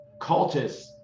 cultists